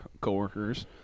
coworkers